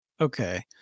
Okay